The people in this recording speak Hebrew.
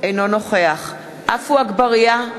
אינו נוכח עפו אגבאריה,